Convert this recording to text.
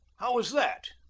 how is that?